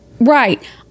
Right